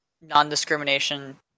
non-discrimination